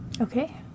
Okay